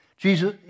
Jesus